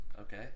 Okay